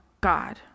God